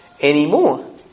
anymore